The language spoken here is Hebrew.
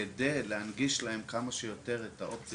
כדי להנגיש להם עד כמה שיותר את האופציה